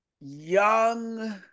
young